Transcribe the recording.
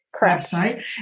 website